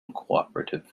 cooperative